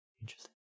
interesting